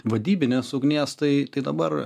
vadybinės ugnies tai tai dabar